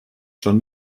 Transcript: schon